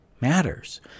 matters